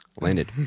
Landed